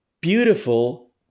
beautiful